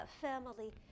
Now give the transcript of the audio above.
family